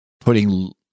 putting